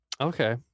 Okay